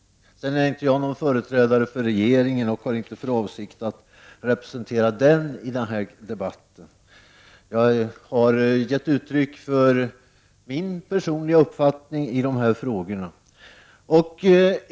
Låt mig vidare säga att jag inte är någon företrädare för regeringen och inte har för avsikt att representera den i den här debatten. Jag har gett uttryck för min personliga uppfattning i dessa frågor.